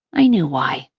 i knew why.